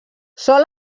sol